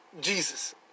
Jesus